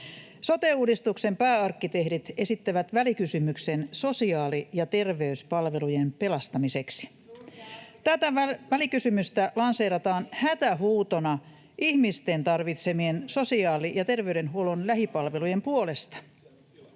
Sote-uudistuksen pääarkkitehdit esittävät välikysymyksen sosiaali- ja terveyspalvelujen pelastamiseksi. Tätä välikysymystä lanseerataan hätähuutona ihmisten tarvitsemien sosiaali- ja terveydenhuollon lähipalvelujen puolesta.